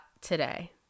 today